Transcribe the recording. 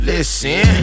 Listen